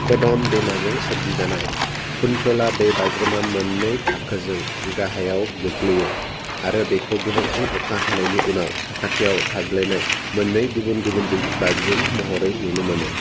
कदम दैमाजों सोरजिजानाय कुंतला दैबाज्रुमा मोन्नै थाखोजों गाहायाव गोग्लैयो आरो बेखौ गोबांसिन अखा हानायनि उनाव साखाथियाव थाज्लायनाय मोन्नै गुबुन गुबुन दैबाज्रुम महरै नुनो मोनो